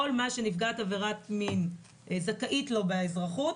כל מה שנפגעת עבירת מין זכאית לו באזרחות,